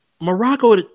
Morocco